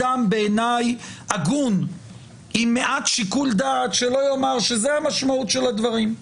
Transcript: בעיניי אין אדם הגון עם מעט שיקול דעת שלא יאמר שזאת המשמעות של הדברים.